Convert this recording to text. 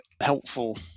helpful